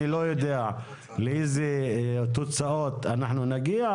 אני לא יודע לאיזה תוצאות אנחנו נגיע,